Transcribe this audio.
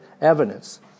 evidence